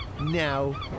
now